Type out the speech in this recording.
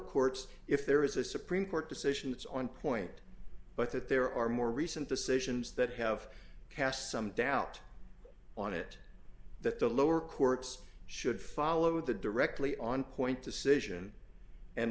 courts if there is a supreme court decision it's on point but that there are more recent decisions that have cast some doubt on it that the lower courts should follow the directly on point decision and